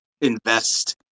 invest